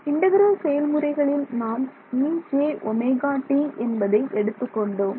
integral செயல்முறைகளில் நாம் ejωt என்பதை எடுத்துக் கொண்டோம்